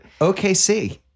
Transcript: OKC